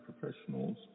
professionals